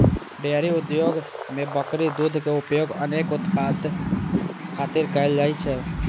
dairy उद्योग मे बकरी दूधक उपयोग अनेक उत्पाद खातिर कैल जाइ छै